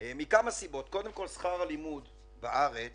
קודם כל, שכר הלימוד בארץ